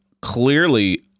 clearly